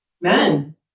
Men